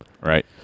Right